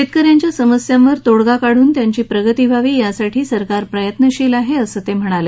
शेतकऱ्यांच्या समस्यांवर तोडगा काढून त्यांची प्रगती व्हावी यासाठी सरकार प्रयत्नशील असल्याचं ते म्हणाले